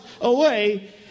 away